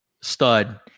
Stud